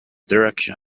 direction